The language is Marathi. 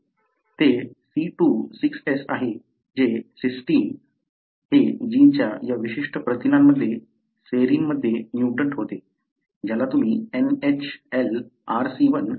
ते C26S आहे जे सिस्टीन हे जीनच्या या विशिष्ट प्रथिनामध्ये सेरीनमध्ये म्युटंट होते ज्याला तुम्ही NHLRC1 संबोधता